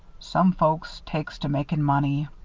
some folks takes to makin' money,